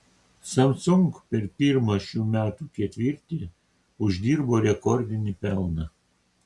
samsung per pirmą šių metų ketvirtį uždirbo rekordinį pelną